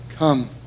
Come